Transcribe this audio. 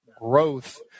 growth